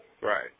Right